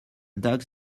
dogs